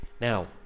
Now